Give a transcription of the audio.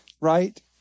right